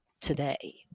today